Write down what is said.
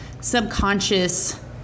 subconscious